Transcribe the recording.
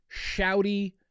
shouty